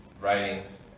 writings